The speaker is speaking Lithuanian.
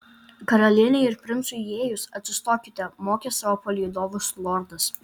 karalienei ir princui įėjus atsistokite mokė savo palydovus lordas